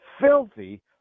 filthy